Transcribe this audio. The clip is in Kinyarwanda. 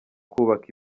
kubaka